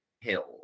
hill